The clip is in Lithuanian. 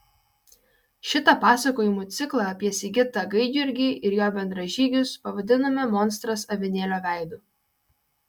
šitą pasakojimų ciklą apie sigitą gaidjurgį ir jo bendražygius pavadinome monstras avinėlio veidu